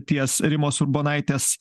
ties rimos urbonaitės